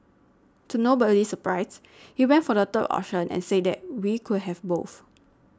to nobody's surprise he went for the third option and said that we could have both